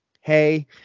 hey